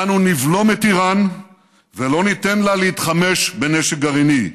אנו נבלום את איראן ולא ניתן לה להתחמש בנשק גרעיני.